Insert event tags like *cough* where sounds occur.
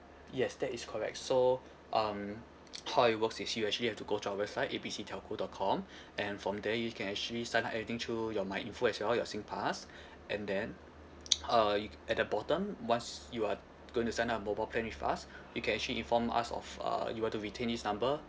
yes that is correct so um how it works is you actually have to go to our website A B C telco dot com *breath* and from there you can actually sign up everything through your Myinfo as well your singpass *breath* and then uh at the bottom once you are going to sign up a mobile plan with us you can actually inform us of uh you were to retain this number